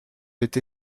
été